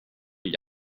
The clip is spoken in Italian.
gli